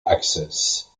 access